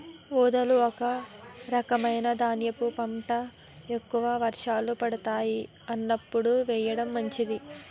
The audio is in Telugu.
ఊదలు ఒక రకమైన ధాన్యపు పంట, ఎక్కువ వర్షాలు పడతాయి అన్నప్పుడు వేయడం మంచిది